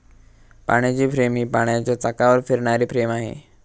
पाण्याची फ्रेम ही पाण्याच्या चाकावर फिरणारी फ्रेम आहे